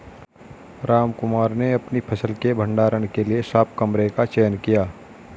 रामकुमार ने अपनी फसल के भंडारण के लिए साफ कमरे का चयन किया